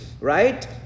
Right